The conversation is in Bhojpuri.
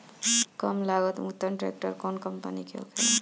कम लागत में उत्तम ट्रैक्टर कउन कम्पनी के होखेला?